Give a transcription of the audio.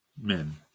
men